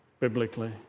biblically